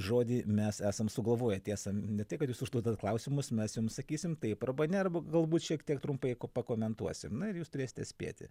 žodį mes esam sugalvoję tiesa ne tai kad jūs užduodat klausimus mes jum sakysim taip arba ne arba galbūt šiek tiek trumpai pakomentuosim na ir jūs turėsite spėti